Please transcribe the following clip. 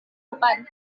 depan